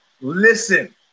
listen